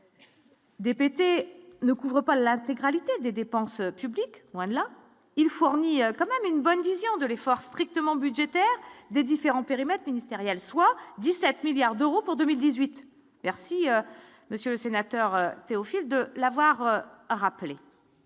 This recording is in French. Si le. Ne couvrent pas l'intégralité des dépenses publiques, voilà il fournit quand même une bonne vision de l'effort strictement budgétaires des différents périmètres ministériels, soit 17 milliards d'euros pour 2018 merci, monsieur le sénateur Théophile de l'avoir rappelé